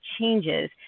changes